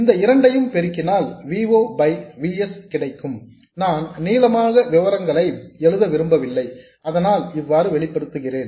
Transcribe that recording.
இந்த இரண்டையும் பெருக்கினால் V o by V s கிடைக்கும் நான் நீளமாக விவரங்களை எழுத விரும்பவில்லை அதனால் இவ்வாறு வெளிப்படுத்துகிறேன்